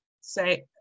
say